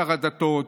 שר הדתות,